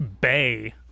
Bay